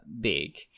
big